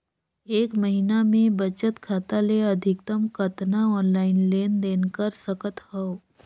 एक महीना मे बचत खाता ले अधिकतम कतना ऑनलाइन लेन देन कर सकत हव?